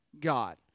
God